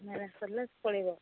ନା ନା ସରିଲେ ପଳାଇବ